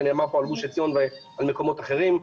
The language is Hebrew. שנאמר כאן על גוש עציון ועל מקומות אחרים.